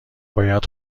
باید